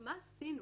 מה עשינו?